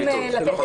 לא.